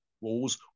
walls